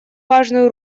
важную